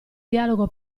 dialogo